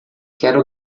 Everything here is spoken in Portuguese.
quero